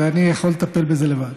ואני יכול לטפל בזה לבד.